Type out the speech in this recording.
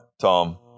Tom